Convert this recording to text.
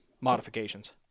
modifications